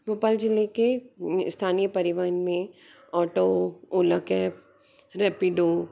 भोपाल जिले के स्थानीय परिवहन में ओटो ओला कैब रैपीडो